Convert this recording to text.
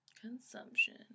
Consumption